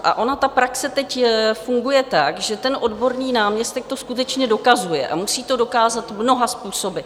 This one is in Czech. A ona ta praxe teď funguje tak, že odborný náměstek to skutečně dokazuje, a musí to dokázat mnoha způsoby.